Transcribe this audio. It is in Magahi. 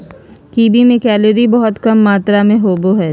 कीवी में कैलोरी बहुत कम मात्र में होबो हइ